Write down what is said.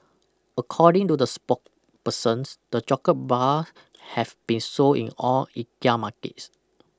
according to the sporkpersons the chocolate bar have been sold in all Ikea markets